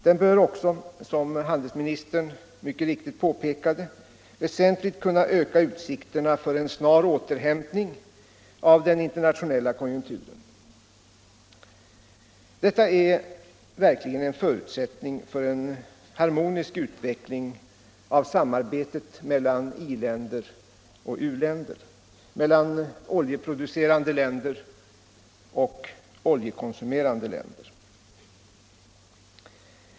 Den bör också, som handelsministern mycket riktigt påpekade, väsentligt kunna öka utsikterna för en snar återhämtning av den internationella konjunkturen. Detta är verkligen en förutsättning för en harmonisk utveckling av samarbetet mellan i-länder och u-länder, mellan oljeproducerande länder och oljekonsumerande länder.